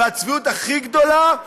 והצביעות הכי גדולה,